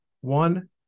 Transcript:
One